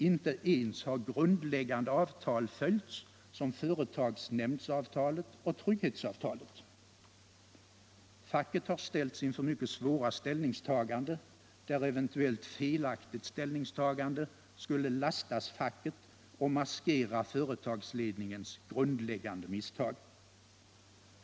Inte ens har grundläggande avtal följts som företagsnämndsavtalet och trygghetsavtalet. Facket har ställts inför mycket svåra ställningstagande där eventuellt felaktigt” ställningstagande skulle lastas facket och maskera företagsledningens grundläggande misstag.